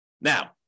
Now